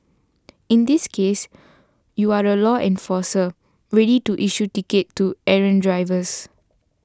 in this case you are the law enforcer ready to issue tickets to errant drivers